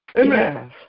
Amen